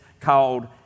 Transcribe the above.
called